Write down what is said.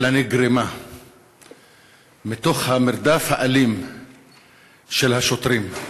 אלא נגרמה מהמרדף האלים של השוטרים.